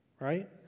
right